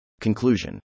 Conclusion